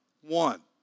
One